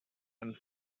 and